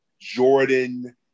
Jordan